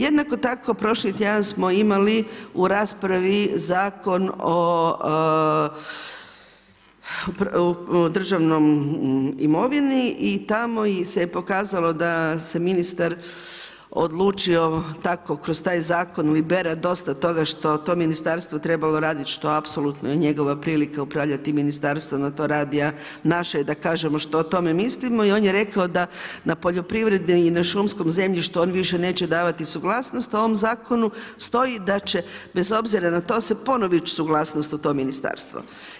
Jednako tako prošli tjedan smo imali u raspravi Zakon o državnoj imovini i tamo se pokazalo da se ministar odlučio tako kroz taj zakon libera dosta toga što to ministarstvo trebalo raditi što apsolutno je njegova prilika upravljati ministarstvom … naše je da kažemo što o tome mislimo i on je rekao da na poljoprivredi i na šumskom zemljištu on više neće davati suglasnost, a u ovom zakonu stoji da će bez obzira na to sada ponovo ići suglasnost u to ministarstvo.